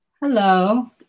Hello